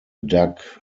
duck